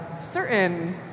certain